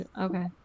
Okay